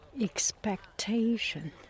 expectation